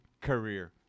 career